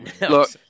look